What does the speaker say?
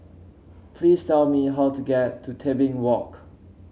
please tell me how to get to Tebing Walk